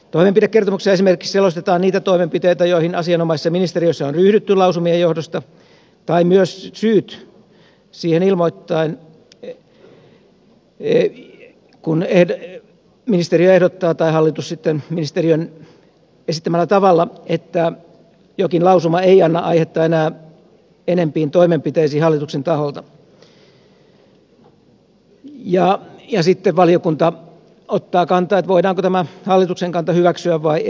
toimenpidekertomuksessa selostetaan esimerkiksi niitä toimenpiteitä joihin asianomaisessa ministeriössä on ryhdytty lausumien johdosta ja myös ilmoittaen syyt kun ministeriö ehdottaa tai hallitus ministeriön esittämällä tavalla ottaa kannan että jokin lausuma ei anna aihetta enää enempiin toimenpiteisiin hallituksen taholta ja sitten valiokunta ottaa kantaa siihen voidaanko hallituksen kanta hyväksyä vai ei